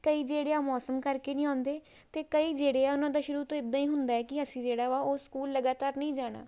ਕਈ ਜਿਹੜੇ ਆ ਮੌਸਮ ਕਰਕੇ ਨਹੀਂ ਆਉਂਦੇ ਅਤੇ ਕਈ ਜਿਹੜੇ ਆ ਉਹਨਾਂ ਦਾ ਸ਼ੁਰੂ ਤੋਂ ਇੱਦਾਂ ਹੀ ਹੁੰਦਾ ਹੈ ਕਿ ਅਸੀਂ ਜਿਹੜਾ ਵਾ ਉਹ ਸਕੂਲ ਲਗਾਤਾਰ ਨਹੀਂ ਜਾਣਾ